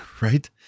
Right